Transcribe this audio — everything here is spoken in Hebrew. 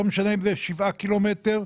לא משנה אם זה שבעה קילומטר,